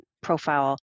profile